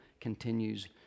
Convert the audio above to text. continues